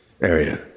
area